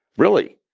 really.